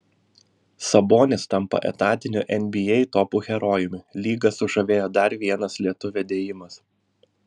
sabonis tampa etatiniu nba topų herojumi lygą sužavėjo dar vienas lietuvio dėjimas